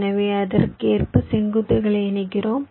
எனவே அதற்கேற்ப செங்குத்துகளை இணைக்கிறோம்